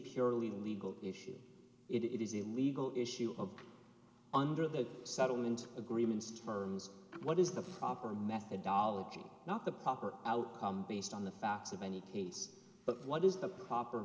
purely legal issue it is a legal issue of under the settlement agreements terms what is the proper methodology not the proper outcome based on the facts of any case but what is the proper